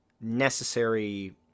necessary